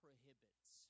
Prohibits